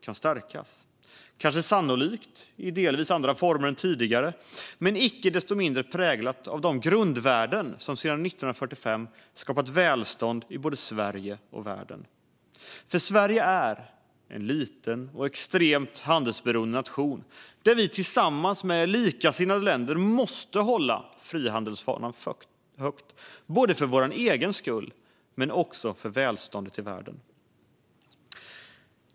Sannolikt kommer det att ske i delvis andra former än tidigare men icke desto mindre vara präglat av de grundvärden som sedan 1945 skapat välstånd i Sverige och i världen. Sverige är en liten och extremt handelsberoende nation där vi tillsammans med likasinnade länder måste hålla frihandelsfanan högt både för vår egen skull och för välståndet i världen.